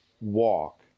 walk